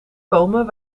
komen